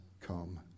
come